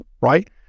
right